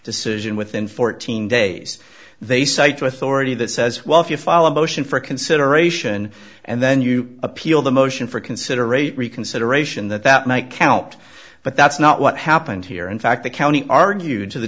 decision within fourteen days they cite a authority that says well if you follow a motion for consideration and then you appeal the motion for consideration reconsideration that that might count but that's not what happened here in fact the county argued to the